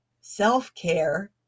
Self-care